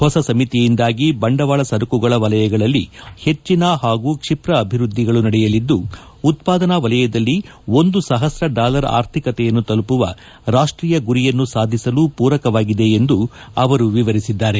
ಹೊಸ ಸಮಿತಿಯಿಂದಾಗಿ ಬಂಡವಾಳ ಸರಕುಗಳ ವಲಯಗಳಲ್ಲಿ ಹೆಚ್ಚಿನ ಹಾಗೂ ಕ್ಷಿಪ್ರ ಅಭಿವೃದ್ದಿಗಳು ನಡೆಯಲಿದ್ದು ಉತ್ವಾದನಾ ವಲಯದಲ್ಲಿ ಒಂದು ಸಹಸ್ರ ಡಾಲರ್ ಆರ್ಥಿಕತೆಯನ್ನು ತಲುಪುವ ರಾಷ್ಟೀಯ ಗುರಿಯನ್ನು ಸಾಧಿಸಲು ಪೂರಕವಾಗಿದೆ ಎಂದು ಅವರು ವಿವರಿಸಿದ್ದಾರೆ